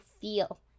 feel